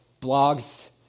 blogs